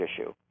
issue